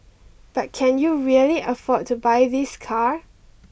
but can you really afford to buy this car